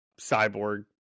cyborg